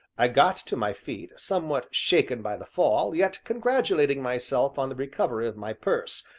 i got to my feet, somewhat shaken by the fall, yet congratulating myself on the recovery of my purse,